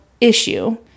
issue